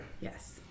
Yes